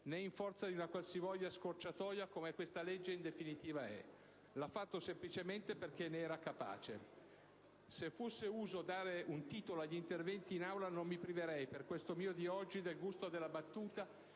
Né in forza di una qualsivoglia scorciatoia, come questa legge in definitiva è. L'ha fatto semplicemente perché era capace. Se fosse uso dare un titolo agli interventi in Aula, non mi priverei, per questo mio di oggi, del gusto della battuta,